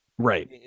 Right